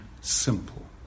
simple